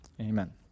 Amen